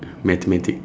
mathematics